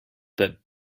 but